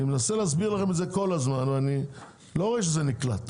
אני מנסה להסביר לכם את זה כל הזמן אבל אני לא רואה שזה נקלט.